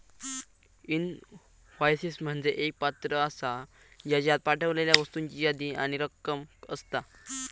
invoices म्हणजे एक पत्र आसा, ज्येच्यात पाठवलेल्या वस्तूंची यादी आणि रक्कम असता